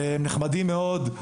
שהם נחמדים מאוד,